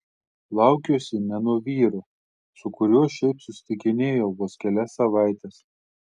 laukiuosi ne nuo vyro su kuriuo šiaip susitikinėjau vos kelias savaites